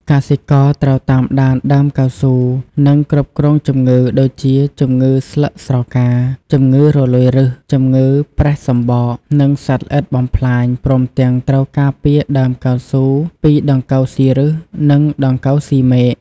កសិករត្រូវតាមដានដើមកៅស៊ូ និងគ្រប់គ្រងជំងឺ ដូចជា ជំងឺស្លឹកស្រកា ជំងឺរលួយឫស ជំងឺប្រេះសំបក និងសត្វល្អិតបំផ្លាញ ព្រមទាំងត្រូវការពារដើមកៅស៊ូពី ដង្កូវស៊ីឫស និងដង្កូវស៊ីមែក។